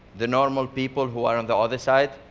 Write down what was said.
the normal people who are on the other side,